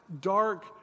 dark